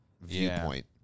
viewpoint